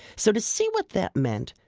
so to see what that meant,